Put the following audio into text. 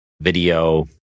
video